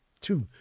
two